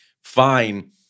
fine